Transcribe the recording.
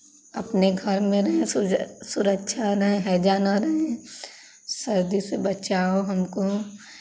अपने घर में रहें सुरक्षा रहें हैजा ना रहें सर्दी से बचाओ हमको